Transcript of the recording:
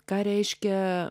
ką reiškia